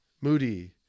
Moody